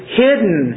hidden